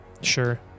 Sure